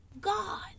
god